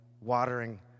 watering